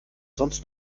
sonst